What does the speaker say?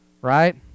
Right